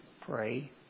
pray